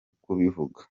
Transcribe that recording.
kubivuga